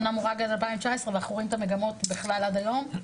אמנם רק עד 2019 אבל אנחנו רואים את המגמות בכלל עד היום.